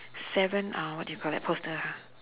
seven uh what do you call that poster ha